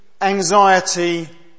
anxiety